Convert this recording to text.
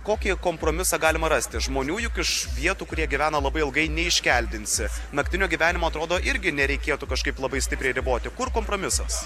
kokį kompromisą galima rasti žmonių juk iš vietų kur jie gyvena labai ilgai neiškeldinsi naktinio gyvenimo atrodo irgi nereikėtų kažkaip labai stipriai riboti kur kompromisas